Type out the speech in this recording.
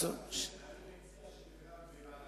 אני מציע שהנושא יידון בוועדת החוקה,